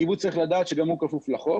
הקיבוץ צריך לדעת שגם הוא כפוף לחוק